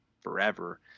forever